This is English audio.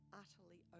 utterly